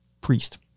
priest